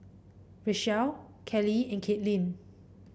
Rachelle Kelley and Caitlynn